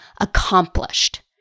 accomplished